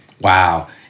Wow